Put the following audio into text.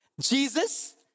jesus